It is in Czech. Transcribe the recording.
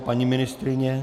Paní ministryně?